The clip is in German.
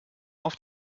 auf